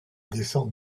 descend